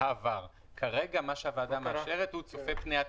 כרגע מה שהוועדה מאשרת צופה פני עתיד,